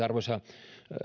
arvoisa